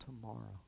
tomorrow